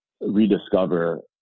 rediscover